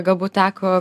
galbūt teko